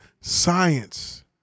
science